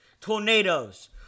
tornadoes